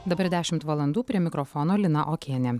dabar dešimt valandų prie mikrofono lina okienė